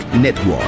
Network